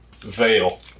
Veil